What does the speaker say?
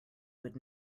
would